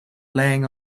laying